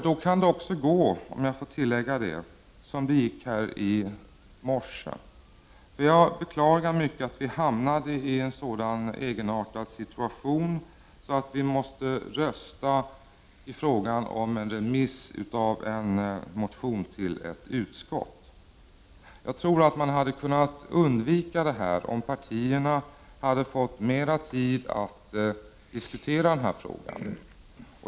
Då kan det också gå som det gick i morse. Jag beklagar mycket att vi hamnade i en sådan egenartad situation att vi måste rösta om en remiss av en motion till ett utskott. Jag tror att man hade kunnat undvika detta om partierna hade fått mer tid att diskutera den här frågan.